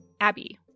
Abby